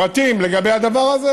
פרטים לגבי הדבר הזה,